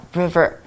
river